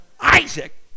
Isaac